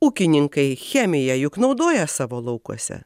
ūkininkai chemiją juk naudoja savo laukuose